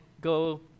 go